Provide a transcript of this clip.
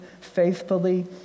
faithfully